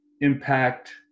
impact